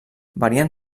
varien